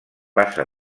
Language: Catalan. bassa